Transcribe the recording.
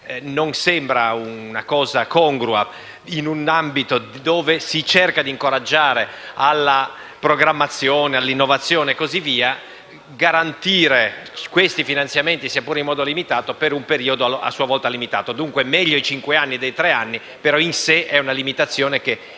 Non sembra una cosa congrua - in un ambito dove si cerca di incoraggiare alla programmazione, all'innovazione e così via - garantire questi finanziamenti, sia pure in modo limitato, per un periodo a sua volta limitato. Meglio, quindi, cinque anni che tre, ma resta in sé una limitazione difficile